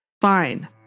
fine